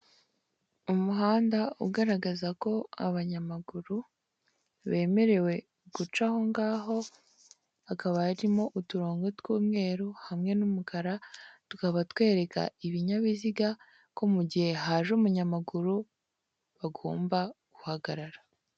Umuhanda ugaragaza ko abanyamaguru bemerewe guca aho ngaho, hakaba harimo uturongo tw'umweru, hamwe n'umukara, tukaba twereka ibinyabiziga ko mugihe haje umunyamaguru, bagomba guhagarara.